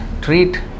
treat